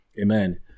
Amen